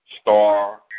Star